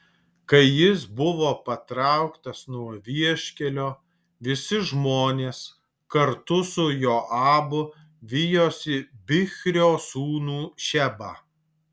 kai jis buvo patrauktas nuo vieškelio visi žmonės kartu su joabu vijosi bichrio sūnų šebą